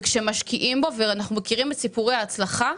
וכשמשקיעים בו ואנחנו מכירים את סיפורי ההצלחה,